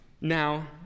Now